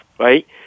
right